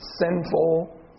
sinful